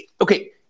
okay